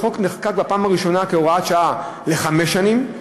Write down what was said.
החוק נחקק בפעם הראשונה כהוראת שעה לחמש שנים,